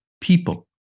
people